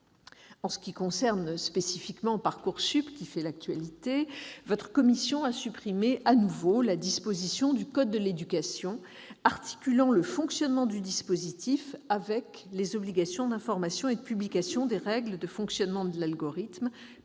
En ce qui concerne spécifiquement Parcoursup, qui fait l'actualité, votre commission a supprimé à nouveau la disposition du code de l'éducation articulant le fonctionnement du dispositif avec les obligations d'information et de publication des règles de fonctionnement de l'algorithme,